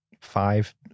five